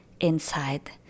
inside